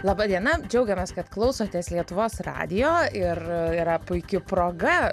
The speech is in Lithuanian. laba diena džiaugiamės kad klausotės lietuvos radijo ir yra puiki proga